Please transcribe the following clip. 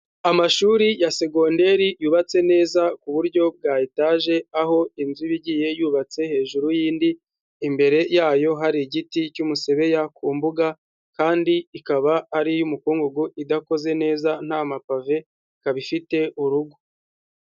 Amashuri ya segonderi yubatse neza ku buryo bwa etaje aho inzu iba igiye yubatse hejuru y'indi, imbere yayo hari igiti cy'umusebeya ku mbuga kandi ikaba ari iy'umukungugu, idakoze neza, nta mapave, ikaba ifite urugo.